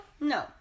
No